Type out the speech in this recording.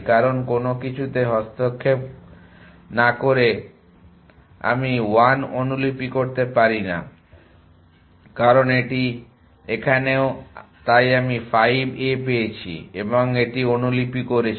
কারণ কোন কিছুতে হস্তক্ষেপ করে না 1 আমি অনুলিপি করতে পারি না কারণ এটি এখানে তাই আমি 5 এ পেয়েছি এবং এটি অনুলিপি করেছি